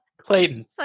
Clayton